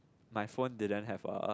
my phone didn't have a